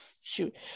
shoot